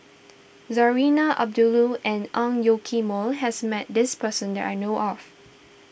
Zarinah Abdullah and Ang Yoke Mooi has met this person that I know of